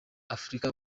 afurika